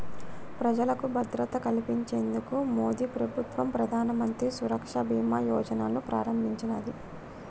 ప్రజలకు భద్రత కల్పించేందుకు మోదీప్రభుత్వం ప్రధానమంత్రి సురక్ష బీమా యోజనను ప్రారంభించినాది